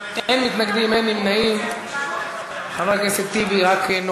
מניעת עיקול כספי ערובה שהשתלמו